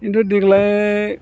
खिन्थु देग्लाय